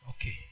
Okay